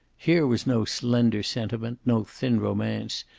here was no slender sentiment, no thin romance.